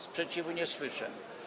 Sprzeciwu nie słyszę.